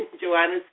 Joanna